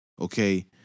Okay